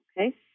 Okay